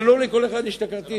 אבל לא לכל אחד יש את הכרטיס.